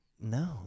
No